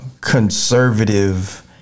conservative